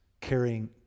carrying